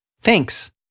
Thanks